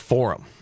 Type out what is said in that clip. Forum